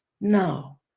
now